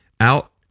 out